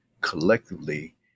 collectively